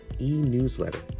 e-newsletter